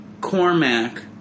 Cormac